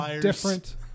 different